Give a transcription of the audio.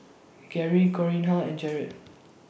Gerri Corinna and Jarred